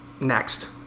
next